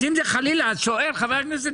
אז אם זה חלילה אז שואל חבר הכנסת